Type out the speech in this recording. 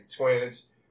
twins